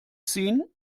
ziehen